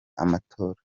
amatora